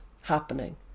happening